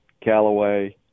callaway